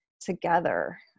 together